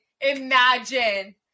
Imagine